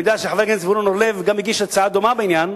אני יודע שחבר הכנסת זבולון אורלב גם הגיש הצעה דומה בעניין,